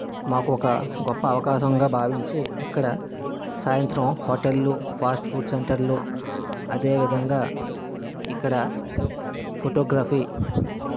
మాకు ఒక గొప్ప అవకాశంగా భావించి ఇక్కడ సాయంత్రం హోటళ్ళు ఫాస్ట్ ఫుడ్ సెంటర్లు అదేవిధంగా ఇక్కడ ఫోటోగ్రఫీ